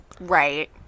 Right